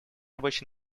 рабочей